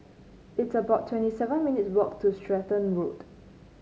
it's about twenty seven minutes' walk to Stratton Road